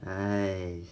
!hais!